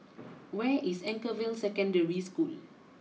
where is Anchorvale Secondary School